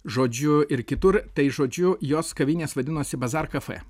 žodžiu ir kitur tai žodžiu jos kavinės vadinosi bazaar cafe